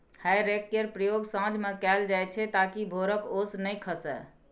हे रैक केर प्रयोग साँझ मे कएल जाइत छै ताकि भोरक ओस नहि खसय